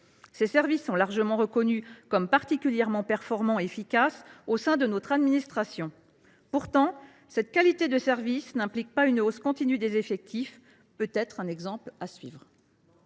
Ses services sont largement reconnus comme particulièrement performants et efficaces au sein de notre administration. Pourtant, cette qualité de service n’implique pas une hausse continue des effectifs. C’est peut être un exemple à suivre.